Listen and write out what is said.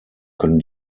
können